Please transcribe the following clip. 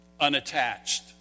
unattached